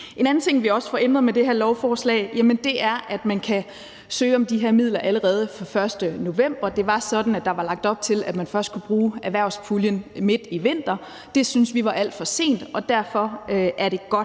En anden ting, vi også får ændret med det her lovforslag, er, at man kan søge om de her midler allerede fra 1. november. Det var sådan, at der var lagt op til, at man først skulle bruge erhvervspuljen midt i vinter. Det syntes vi var alt for sent, og derfor er det godt,